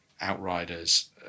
outriders